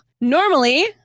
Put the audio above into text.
normally